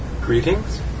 Greetings